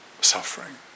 suffering